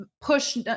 push